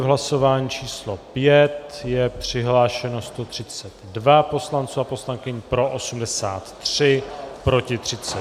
V hlasování číslo 5 je přihlášeno 132 poslanců a poslankyň, pro 83, proti 32.